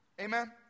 Amen